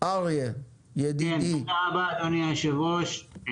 תודה רבה, אדוני יושב הראש.